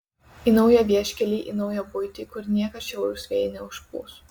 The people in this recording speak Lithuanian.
į naują vieškelį į naują buitį kur niekad šiaurūs vėjai neužpūs